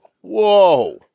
Whoa